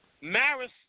Maris